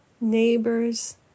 neighbors